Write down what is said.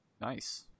nice